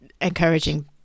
encouraging